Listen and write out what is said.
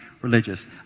religious